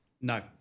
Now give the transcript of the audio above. No